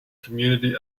community